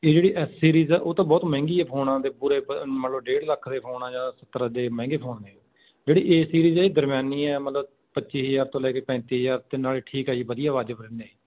ਇਹ ਜਿਹੜੀ S series ਆ ਉਹ ਤਾਂ ਬਹੁਤ ਮਹਿੰਗੀ ਹੈ ਫੋਨ ਆਉਂਦੇ ਪੂਰੇ ਮਤਲਬ ਡੇਢ ਲੱਖ ਦੇ ਫੋਨ ਆ ਜਾਂ ਸੱਤਰ ਦੇ ਮਹਿੰਗੇ ਫੋਨ ਨੇ ਜਿਹੜੇ ਏ ਸੀਰੀਜ ਹੈ ਇਹ ਦਰਮਿਆਨੀ ਆ ਮਤਲਬ ਪੱਚੀ ਹਜ਼ਾਰ ਤੋਂ ਲੈ ਕੇ ਪੈਂਤੀ ਹਜ਼ਾਰ ਅਤੇ ਨਾਲੇ ਠੀਕ ਹੈ ਜੀ ਵਧੀਆ ਵਾਜਿਬ ਨੇ